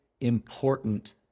important